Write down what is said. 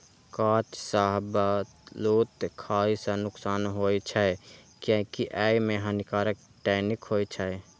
कांच शाहबलूत खाय सं नुकसान होइ छै, कियैकि अय मे हानिकारक टैनिन होइ छै